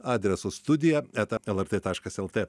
adresu studija eta lrt taškas lt